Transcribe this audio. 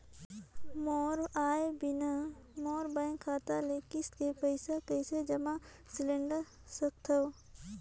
मोर आय बिना मोर बैंक खाता ले किस्त के पईसा कइसे जमा सिलेंडर सकथव?